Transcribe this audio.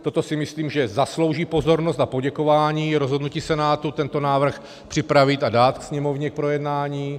Toto si myslím, že zaslouží pozornost a poděkování rozhodnutí Senátu připravit a dát Sněmovně k projednání.